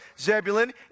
Zebulun